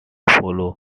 solo